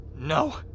no